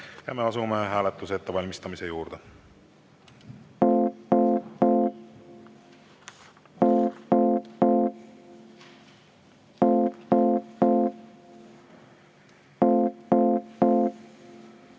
Ja me asume hääletuse ettevalmistamise juurde.